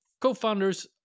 co-founders